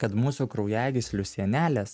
kad mūsų kraujagyslių sienelės